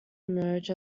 emerged